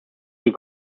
will